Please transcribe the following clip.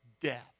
death